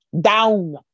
down